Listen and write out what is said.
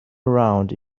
around